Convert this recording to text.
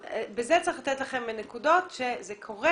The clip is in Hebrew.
בזה צריך לתת לכם נקודות כי זה קורה